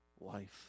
life